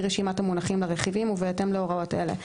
רשימת המונחים לרכיבים ובהתאם להוראות אלה: